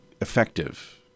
effective